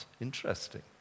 Interesting